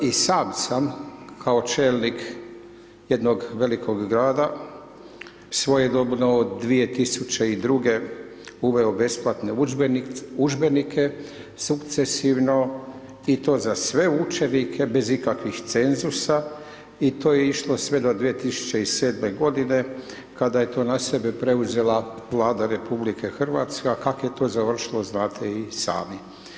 I sam sam kao čelnik jednog velikog grada svojedobno od 2002. uveo besplatne udžbenike, sukcesivno i to za sve učenike bez ikakvih cenzusa i to je išlo sve do 2007. godine kada je to na sebe preuzela Vlada RH, a kak je to završilo znate i sami.